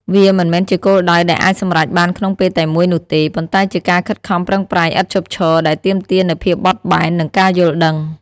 វាមិនមែនជាគោលដៅដែលអាចសម្រេចបានក្នុងពេលតែមួយនោះទេ ប៉ុន្តែជាការខិតខំប្រឹងប្រែងឥតឈប់ឈរដែលទាមទារនូវភាពបត់បែន និងការយល់ដឹង។